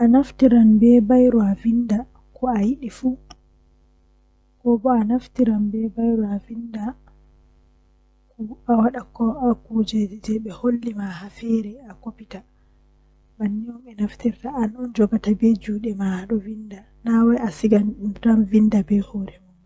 Eh didi fuu handi gomnati kam huwa amma ko handi lorna hakkilo masin kanjum woni hakkila be ummatoore woni nderwuro ummtoore nder wuro kambe woni gomnati hakkila be mabbe masin